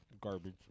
Garbage